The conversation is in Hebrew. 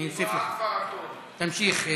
הייתי.